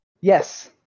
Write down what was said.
Yes